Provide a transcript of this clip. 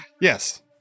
Yes